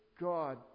God